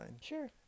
Sure